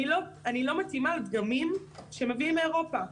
אני לא מתאימה לדגמים שמביאים מאירופה.